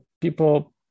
People